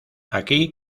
aquí